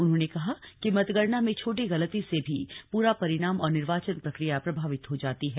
उन्होंने कहा कि मतगणना में छोटी गलती से भी पूरा परिणाम और निर्वाचन प्रक्रिया प्रभावित हो जाती है